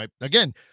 again